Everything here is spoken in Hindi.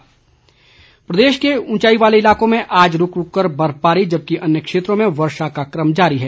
मौसम प्रदेश के ऊंचाई वाले इलाकों में आज रूक रूक कर बर्फबारी जबकि अन्य क्षेत्रों में वर्षा का कम जारी है